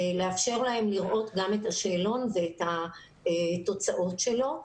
לאפשר להם לראות גם את השאלון ואת התוצאות שלו.